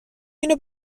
اینو